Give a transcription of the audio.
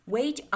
Wait